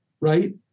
right